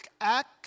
act